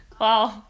Wow